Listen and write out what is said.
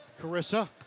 Carissa